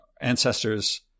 ancestors